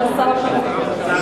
הצעה לסדר-היום בוועדת החוץ והביטחון.